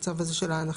הצו של ההנחה,